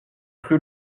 cru